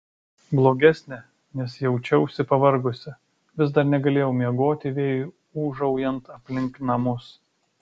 blogesnė nes jaučiausi pavargusi vis dar negalėjau miegoti vėjui ūžaujant aplink namus